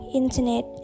internet